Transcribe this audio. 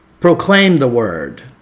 proclaim the word,